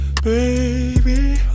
baby